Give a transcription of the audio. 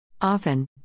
Often